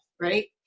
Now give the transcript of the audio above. right